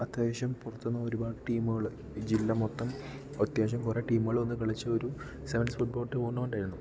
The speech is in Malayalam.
അത്യാവശ്യം പുറ ഒരുപാട് ടീമുകള് ഈ ജില്ല മൊത്തം അത്യാവശ്യം കൊറേ ടീമുകൾ വന്നു കളിച്ചു ഒരു സെവൻസ് ഫുട്ബോൾ ടൂർണമെൻ്റ് ആയിരുന്നു